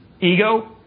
Ego